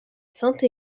sainte